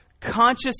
conscious